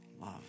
Love